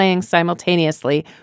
simultaneously